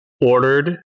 ordered